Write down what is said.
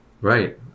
Right